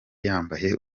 yambaye